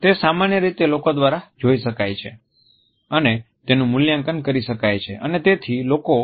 તે સામાન્ય રીતે લોકો દ્વારા જોઈ શકાય છે અને તેનું મૂલ્યાંકન કરી શકાય છે અને તેથી લોકો